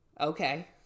Okay